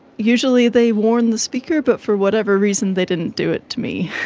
usually they warn the speaker but for whatever reason they didn't do it to me.